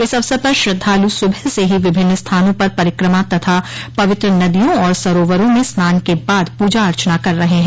इस अवसर पर श्रद्धालु सुबह से ही विभिन्न स्थानों पर परिक्रमा तथा पवित्र नदियों और सरोवरों में स्नान के बाद पूजा अर्चना कर रहे है